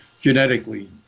genetically